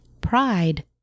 pride